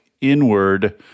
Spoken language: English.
inward